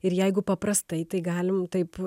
ir jeigu paprastai tai galim taip